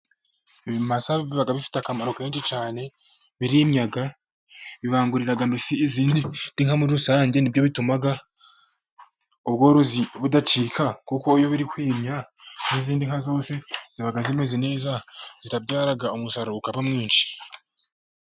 Ibimasa biba bifite akamaro kenshi cyane birimya, bibanguriraga mbesi izindi nka muri rusange. nibyo bituma ubworozi budacika, kuko iyo biri kwimya n'izindi nka zose ziba zimeze neza zirabyara umusaruro ukaba mwinshi.